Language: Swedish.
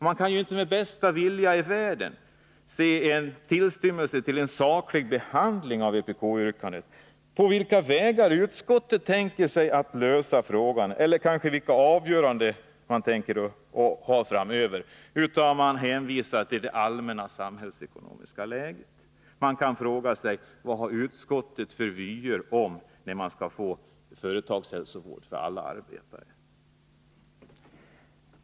Man kan inte med den bästa vilja i världen se någon tillstymmelse till saklig behandling av vpk-yrkandet eller på vilka vägar utskottet tänker sig att lösa frågan eller kanske vilka avgöranden man tänker sig att fatta framöver, utan man hänvisar bara till det allmänna samhällsekonomiska läget. Jag undrar: Vad har utskottet för vyer, och när skall vi få företagshälsovård för alla arbetare?